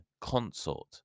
consort